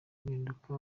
impinduka